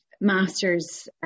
master's